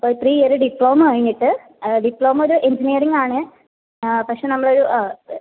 അപ്പോൾ three year diploma കഴിഞ്ഞിട്ട് diploma ഒരു എഞ്ചിനീയറിംഗ് ആണ് പക്ഷെ നമ്മളൊരു